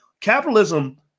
Capitalism